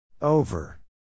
over